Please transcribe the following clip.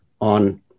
on